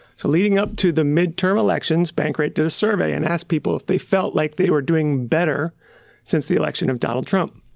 so leading up to the midterm elections, bankrate did a survey and asked people if they felt like they were doing better since the election of donald trump.